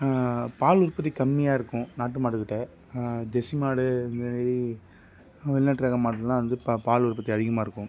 பால் உற்பத்தி கம்மியாக இருக்கும் நாட்டு மாடு கிட்டே ஜெர்ஸி மாடு அந்த மாதிரி வெளிநாட்டு ரக மாடெல்லாம் வந்து பா பால் உற்பத்தி அதிகமாக இருக்கும்